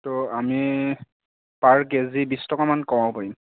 ত' আমি পাৰ কেজি বিছ টকামান কমাব পাৰিম